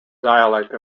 dialect